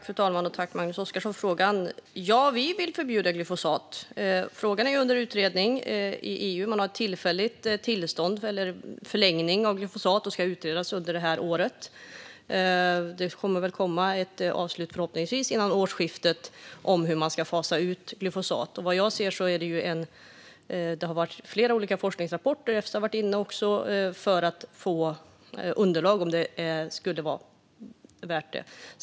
Fru talman! Jag tackar Magnus Oscarsson för frågan. Ja, vi vill förbjuda glyfosat. Frågan är under utredning i EU. Man har ett tillfälligt tillstånd, eller en förlängning, för glyfosat som ska utredas under det här året. Ett avslut kommer förhoppningsvis före årsskiftet när det gäller hur man ska fasa ut glyfosat. Det har gjorts flera olika forskningsrapporter - Efsa har också varit inblandade - för att få underlag för att bedöma om det skulle vara värt det.